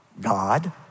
God